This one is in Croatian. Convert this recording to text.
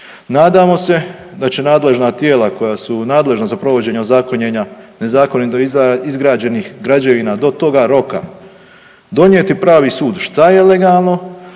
Nadamo se da će nadležna tijela koja su nadležna za provođenje ozakonjenja nezakonito izgrađenih građevina do toga roka donijeti pravi sud što je legalno.